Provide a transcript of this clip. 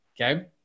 Okay